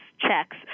checks